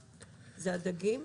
הדגים,